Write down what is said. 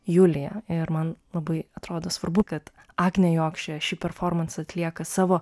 juliją ir man labai atrodo svarbu kad agnė jokšė šį performansą atlieka savo